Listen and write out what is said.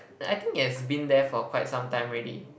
and I think it has been there for quite some time already